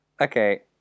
Okay